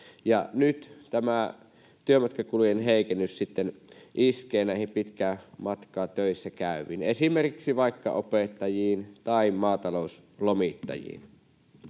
Nyt tämä työmatkakulujen heikennys sitten iskee näihin pitkästä matkasta töissä käyviin, esimerkiksi opettajiin ja maatalouslomittajiin.